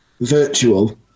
virtual